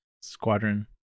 squadron